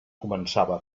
començava